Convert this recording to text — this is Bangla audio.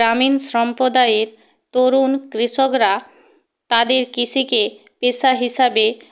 গ্রামীণ সম্প্রদায়ের তরুণ কৃষকরা তাদের কৃষিকে পেশা হিসাবে